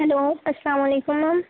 hello السلام علیکم میم